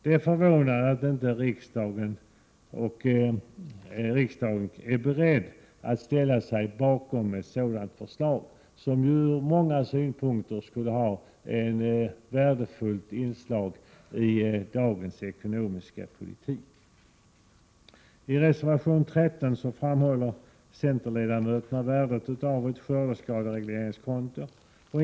Det är förvånande att inte riksdagen är beredd att ställa sig bakom detta förslag, som ur många synpunkter skulle vara ett värdefullt inslag i dagens ekonomiska politik. I reservation 13 framhåller centerledamöterna värdet av ett skördeskaderegleringskonto.